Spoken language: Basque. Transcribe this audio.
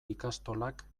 ikastolak